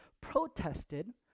protested